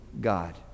God